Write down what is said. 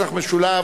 גם לא ביקשת.